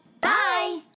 Bye